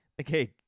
okay